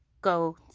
go